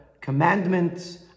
commandments